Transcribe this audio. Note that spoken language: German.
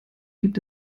gibt